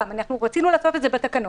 רצינו לעשות את זה בתקנות,